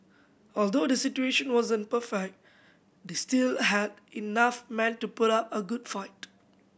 although the situation wasn't perfect they still had enough men to put up a good fight